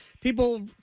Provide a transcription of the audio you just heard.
People